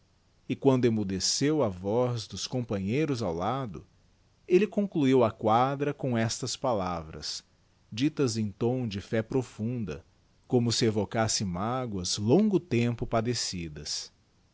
e quando eramudeceu a voz dos companheiros ao lado elle concluiu a quadra com estas palavras ditas em tom de fé profunda como se evocasse magoas longo tempo padecidas